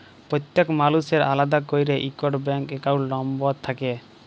প্যত্তেক মালুসের আলেদা ক্যইরে ইকট ব্যাংক একাউল্ট লম্বর থ্যাকে